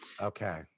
Okay